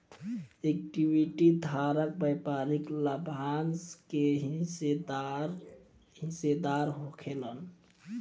equity धारक व्यापारिक लाभांश के हिस्सेदार होखेलेन